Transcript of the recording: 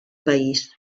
país